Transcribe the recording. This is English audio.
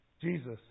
Jesus